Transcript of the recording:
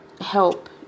help